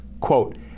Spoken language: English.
Quote